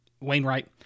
Wainwright